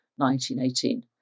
1918